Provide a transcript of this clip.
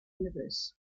universe